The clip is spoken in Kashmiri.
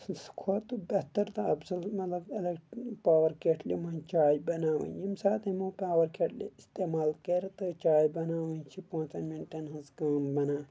سہ کھۄتہٕ بہتر تہٕ اَفضل مطلب اٮ۪لیٚک پاور کیٹلہِ منٛز چاے بَناؤنۍ ییٚمہِ ساتہٕ یِمو پاور کیٚٹلہِ اِستعمال کرِ تہٕ چاے بَناؤنۍ چھےٚ پٲنٛژن مِنٹن ہٕنٛز کٲم بنان